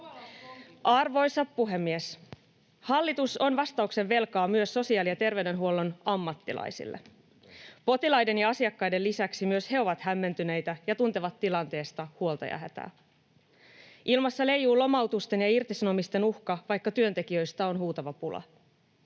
Arvoisa puhemies! Hallitus on vastauksen velkaa myös sosiaali- ja terveydenhuollon ammattilaisille. Potilaiden ja asiakkaiden lisäksi myös he ovat hämmentyneitä ja tuntevat tilanteesta huolta ja hätää. Ilmassa leijuu lomautusten ja irtisanomisten uhka, vaikka työntekijöistä on huutava pula.